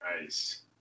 Nice